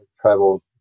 travel